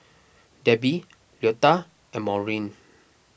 Debbie Leota and Maureen